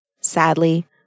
sadly